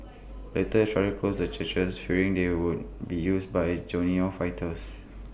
later Israel closed the churches fearing they would be used by Jordanian fighters